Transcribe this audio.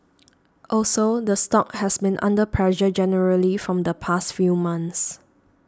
also the stock has been under pressure generally from the past few months